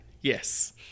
Yes